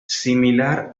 similar